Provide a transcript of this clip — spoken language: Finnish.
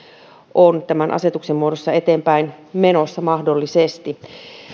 on asetuksen muodossa eteenpäin menossa mahdollisesti